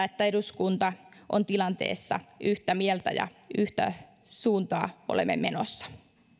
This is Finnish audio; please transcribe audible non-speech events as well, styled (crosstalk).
(unintelligible) että eduskunta on tilanteessa yhtä mieltä ja yhteen suuntaan olemme menossa